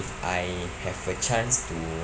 I have a chance to